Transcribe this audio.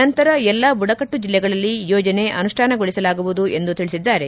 ನಂತರ ಎಲ್ಲಾ ಬುಡಕಟ್ಟು ಜಿಲ್ಲೆಗಳಲ್ಲಿ ಯೋಜನೆ ಅನುಷ್ಠಾನಗೊಳಿಸಲಾಗುವುದು ಎಂದು ತಿಳಿಸಿದ್ದಾರೆ